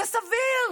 זה סביר,